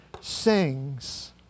sings